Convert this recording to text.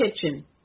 kitchen